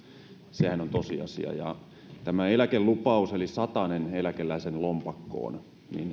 sehän on tosiasia ja tämä eläkelupaus eli satanen eläkeläisen lompakkoon